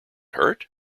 hurt